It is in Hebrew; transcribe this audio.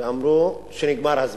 ואמרו שנגמר הזמן,